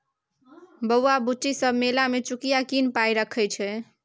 बौआ बुच्ची सब मेला मे चुकिया कीन पाइ रखै छै